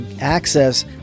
access